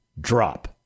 drop